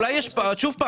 שוב,